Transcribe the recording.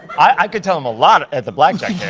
i could tell him a lot at the blackjack